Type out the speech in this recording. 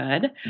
good